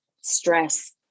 stress